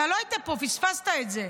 אתה לא היית פה, פספסת את זה.